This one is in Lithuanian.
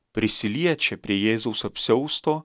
prisiliečia prie jėzaus apsiausto